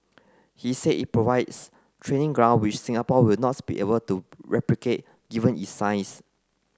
he say it provides training ground which Singapore will not be able to replicate given its size